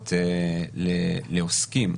הקנסות לעוסקים,